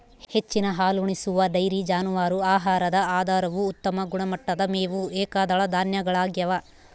ಹೆಚ್ಚಿನ ಹಾಲುಣಿಸುವ ಡೈರಿ ಜಾನುವಾರು ಆಹಾರದ ಆಧಾರವು ಉತ್ತಮ ಗುಣಮಟ್ಟದ ಮೇವು ಏಕದಳ ಧಾನ್ಯಗಳಗ್ಯವ